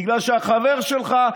בגלל שהחבר שלך,